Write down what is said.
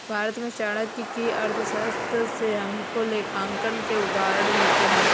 भारत में चाणक्य की अर्थशास्त्र से हमको लेखांकन के उदाहरण मिलते हैं